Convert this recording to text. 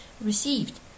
received